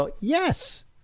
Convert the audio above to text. Yes